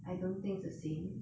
I don't think it's the same